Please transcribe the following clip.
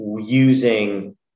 using